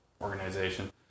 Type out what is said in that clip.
organization